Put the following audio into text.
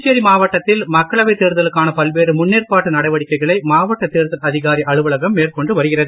புதுச்சேரி மாவட்டத்தில் மக்களவைத் தேர்தலுக்கான பல்வேறு முன்னேற்பாட்டு நடவடிக்கைகளை மாவட்ட தேர்தல் அதிகாரி அலுவலகம் மேற்கொண்டு வருகிறது